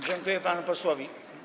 Dziękuję panu posłowi.